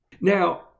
Now